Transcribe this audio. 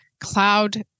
cloud